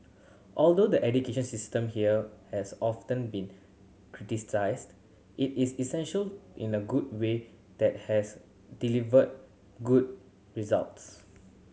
although the education system here has often been criticised it is essential in a good way that has delivered good results